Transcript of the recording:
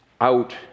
out